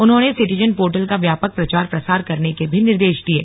उन्होंने citizen portal का व्यापक प्रचार प्रसार करने के भी निर्देश दिये